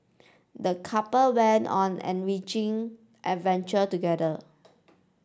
the couple went on enriching adventure together